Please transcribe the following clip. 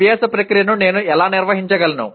అభ్యాస ప్రక్రియను నేను ఎలా నిర్వహించగలను